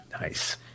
nice